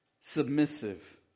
submissive